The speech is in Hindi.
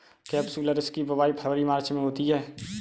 केपसुलरिस की बुवाई फरवरी मार्च में होती है